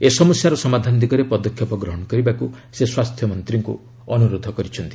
ଏ ସମସ୍ୟାର ସମାଧାନ ଦିଗରେ ପଦକ୍ଷେପ ଗ୍ରହଣ କରିବାକୁ ସେ ସ୍ୱାସ୍ଥ୍ୟ ମନ୍ତ୍ରୀଙ୍କୁ ଅନୁରୋଧ କରିଛନ୍ତି